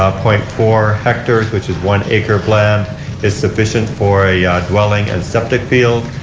ah point four hectors which is one acre land is sufficient for a dwelling and septic field.